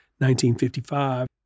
1955